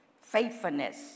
faithfulness